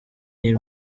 iyi